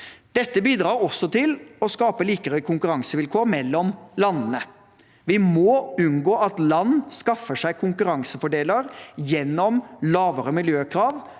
Dette bidrar også til å skape likere konkurransevilkår mellom landene. Vi må unngå at land skaffer seg konkurransefordeler gjennom lavere miljøkrav